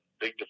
big